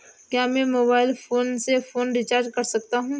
क्या मैं mobile phone से फोन रिचार्ज कर सकता हूं?